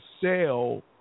sell